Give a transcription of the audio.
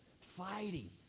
fighting